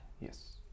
Yes